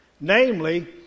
namely